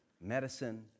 medicine